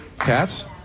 Cats